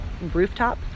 rooftop